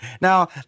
Now